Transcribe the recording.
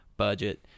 budget